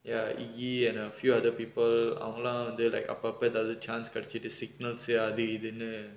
ya he he and a few other people அவங்கெல்லாம்:avangellaam they like அப்பப்ப எதாவது:appapa ethaavathu chance கிடைச்சிட்டு:kidaichittu signals அது இதுனு:athu ithunu